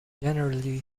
generally